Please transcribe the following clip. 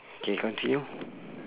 K continue